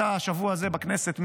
אתה השבוע הזה בכנסת,